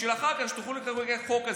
כדי שאחר כך תוכלו להעביר את החוק הזה,